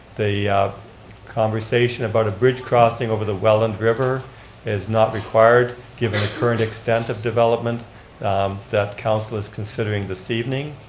the conversation about a bridge crossing over the welland river is not required, given the current extent of development that council is considering this evening.